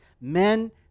men